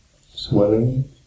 swelling